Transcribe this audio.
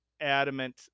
adamant